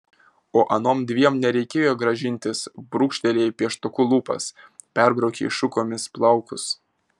o anom dviem nereikėjo gražintis brūkštelėjai pieštuku lūpas perbraukei šukomis plaukus